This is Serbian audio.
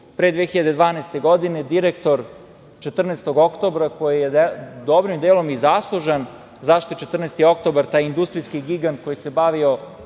Pre 2012. godine direktor „14. oktobra“, koji je dobrim delom i zaslužan zašto je „14. oktobar“, taj industrijski gigant koji se bavio